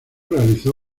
realizó